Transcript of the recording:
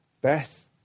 Beth